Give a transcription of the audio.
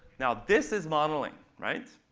now this is modeling, right?